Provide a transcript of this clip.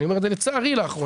אני אומר את זה לצערי, לאחרונה,